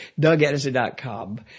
DougEdison.com